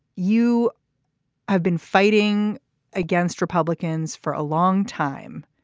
you have been fighting against republicans for a long time.